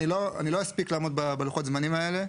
אני לא אספיק לעמוד בלוחות הזמנים אלה,